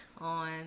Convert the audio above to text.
On